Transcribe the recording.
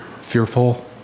fearful